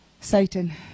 Satan